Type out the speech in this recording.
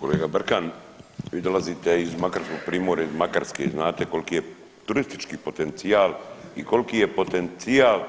Kolega Brkan vi dolazite iz makarskog primorja, iz Makarske i znate koliki je turistički potencijal i koliki je potencijal